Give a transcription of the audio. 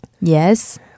Yes